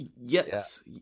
yes